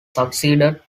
succeeded